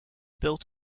built